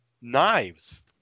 knives